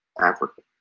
Africa